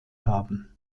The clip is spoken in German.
haben